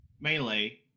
melee